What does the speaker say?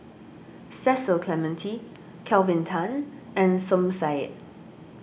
Cecil Clementi Kelvin Tan and Som Said